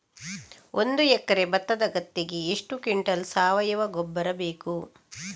ಒಂದು ಎಕರೆ ಭತ್ತದ ಗದ್ದೆಗೆ ಎಷ್ಟು ಕ್ವಿಂಟಲ್ ಸಾವಯವ ಗೊಬ್ಬರ ಬೇಕು?